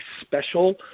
special